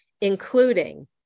including